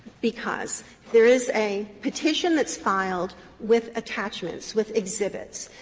because there is a petition that's filed with attachments, with exhibits.